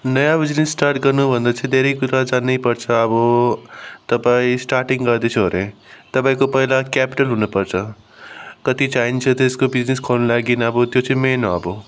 नयाँ business start गर्नु भन्दा चाहिँ धेरै कुरा जान्नै पर्छ अब तपाईँ स्टार्टिङ गर्दैछ अरे तपाईँको पहिला क्यापिटल हुनु पर्छ कति चाहिन्छ त्यसको बिजिनेस खोल्नु लागि अब त्यो चाहिँ मेन हो अब